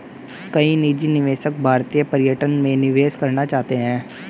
कई निजी निवेशक भारतीय पर्यटन में निवेश करना चाहते हैं